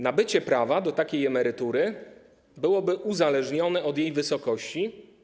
Nabycie prawa do takiej emerytury byłoby uzależnione od jej wysokości.